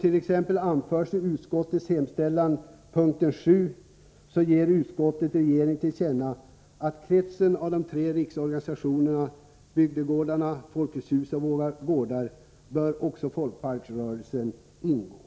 I utskottets hemställan under punkt 7 ger utskottet som sin mening regeringen till känna att i kretsen av de tre riksorganisationerna, dvs. Bygdegårdarna, Folkets hus och Våra gårdar, bör också folkparksrörelsen ingå.